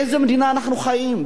באיזה מדינה אנחנו חיים?